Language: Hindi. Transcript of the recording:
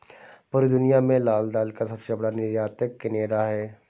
पूरी दुनिया में लाल दाल का सबसे बड़ा निर्यातक केनेडा है